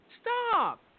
Stop